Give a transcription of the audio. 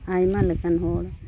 ᱟᱭᱢᱟ ᱞᱮᱠᱟᱱ ᱦᱚᱲ